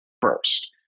first